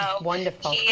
Wonderful